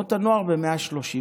תנועות הנוער ב-130.